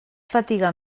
fatiga